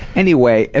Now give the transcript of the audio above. anyway, ah